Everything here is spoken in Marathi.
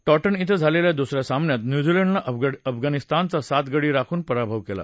टॉटन श्वें झालच्खा दुस या सामन्यात न्युझीलंडनशिफगाणिस्तानचा सात गडी राखून पराभव कली